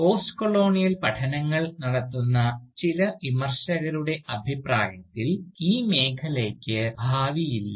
postcolonial പഠനങ്ങൾ നടത്തുന്ന ചില വിമർശകരുടെ അഭിപ്രായത്തിൽ ഈ മേഖലയ്ക്ക് ഭാവിയില്ല